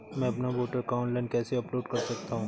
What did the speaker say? मैं अपना voter card online कैसे अपलोड कर सकता हूँ?